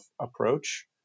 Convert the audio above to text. approach